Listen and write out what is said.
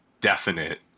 definite